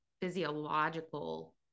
physiological